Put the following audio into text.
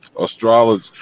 astrology